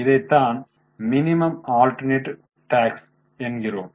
இதைத்தான் minimum alternate tax என்கிறோம்